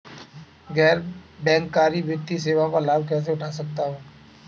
गैर बैंककारी वित्तीय सेवाओं का लाभ कैसे उठा सकता हूँ?